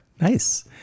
nice